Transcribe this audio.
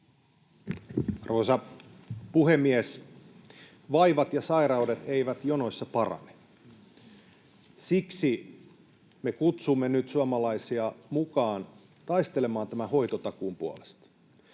Arvoisa puhemies! Vaivat ja sairaudet eivät jonoissa parane. Siksi me kutsumme nyt suomalaisia mukaan taistelemaan hoitotakuun puolesta.